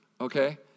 okay